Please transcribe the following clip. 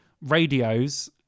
radios